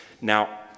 Now